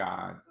God